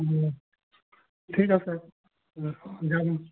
ঠিক আছে দিয়ক